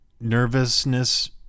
nervousness